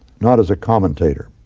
not as a commentator.